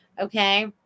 okay